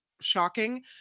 shocking